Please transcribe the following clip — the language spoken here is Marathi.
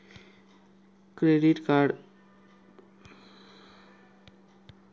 क्रेडिट कार्ड घेण्यासाठी कोणती प्रक्रिया आहे?